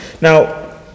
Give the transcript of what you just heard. now